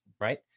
right